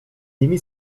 nim